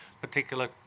particular